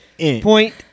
Point